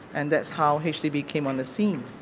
and that's how history became on the scene.